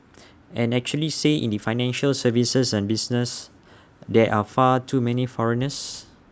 and actually say in the financial services and business there are far too many foreigners